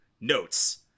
Notes